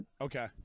okay